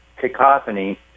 cacophony